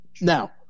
Now